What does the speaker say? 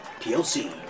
PLC